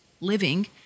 living